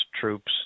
troops